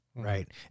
Right